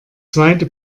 zweite